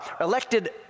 elected